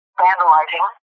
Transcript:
vandalizing